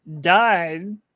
died